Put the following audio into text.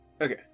okay